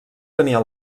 tenia